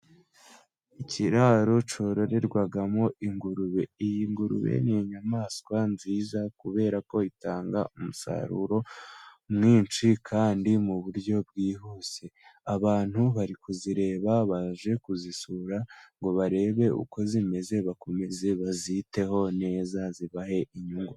Ikiraro cyororerwamo ingurube, iyi ngurube ni inyamaswa nziza kubera ko itanga umusaruro mwinshi kandi mu buryo bwihuse. Abantu bari kuzireba baje kuzisura ngo barebe uko zimeze, bakomeze baziteho neza zibahe inyungu.